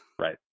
right